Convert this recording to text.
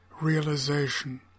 realization